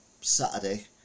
Saturday